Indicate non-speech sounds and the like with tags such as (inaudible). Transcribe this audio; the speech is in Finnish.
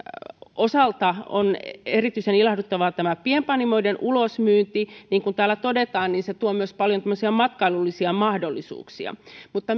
osalta on erityisen ilahduttavaa tämä pienpanimoiden ulosmyynti niin kuin täällä todetaan se tuo myös paljon tämmöisiä matkailullisia mahdollisuuksia mutta (unintelligible)